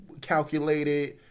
calculated